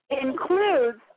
includes